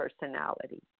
personality